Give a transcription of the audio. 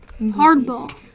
Hardball